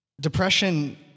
Depression